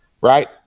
right